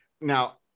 Now